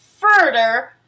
further